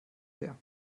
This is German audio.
her